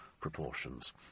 proportions